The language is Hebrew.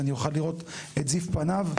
שאני אוכל לראות את זיו פניו.